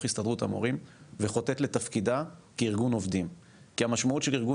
הסתדרות המורים וחוטאת לתפקידה כארגון עובדים,